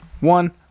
One